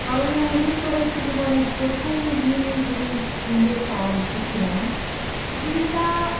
স্মরণীয় মুহূর্ত হচ্ছে জীবনে প্রথম দিন যেদিন স্কুলে পা রেখেছিলাম দিনটা